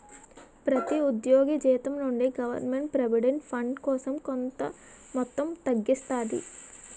ప్రతి ఉద్యోగి జీతం నుండి గవర్నమెంట్ ప్రావిడెంట్ ఫండ్ కోసం కొంత మొత్తం తగ్గిస్తాది